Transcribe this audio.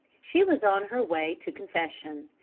she was on her way to confession.